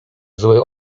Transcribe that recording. zły